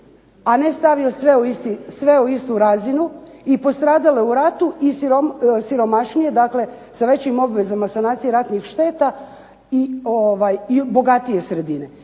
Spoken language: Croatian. a ne stavio sve u istu razinu i postradale u ratu i siromašnije, dakle sa većim obvezama sanacije ratnih šteta i bogatije sredine.